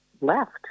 left